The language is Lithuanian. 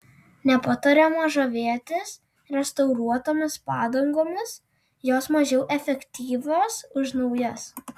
nepatariama žavėtis restauruotomis padangomis jos mažiau efektyvios už naujas